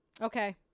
okay